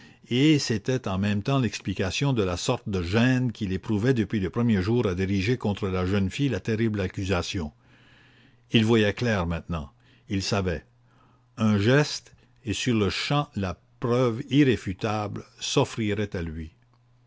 et c'était en même temps l'explication de la sorte de gêne qu'il éprouvait depuis le premier jour à diriger contre la jeune fille la terrible accusation il voyait clair maitenant il savait un geste et sur-le-champ la preuve irréfutable s'offrirait à lui